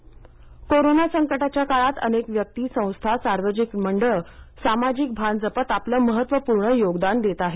oxygen bank corona संकटाच्या काळात अनेक व्यक्ती संस्था सार्वजनिक मंडळ सामाजिक भान जपत आपलं महत्त्वपूर्ण योगदान देत आहेत